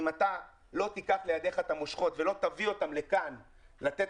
אם אתה לא תיקח לידיך את המושכות ולא תביא אותם לכאן לתת